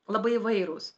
labai įvairūs